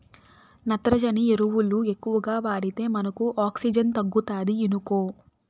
నత్రజని ఎరువులు ఎక్కువగా వాడితే మనకు ఆక్సిజన్ తగ్గుతాది ఇనుకో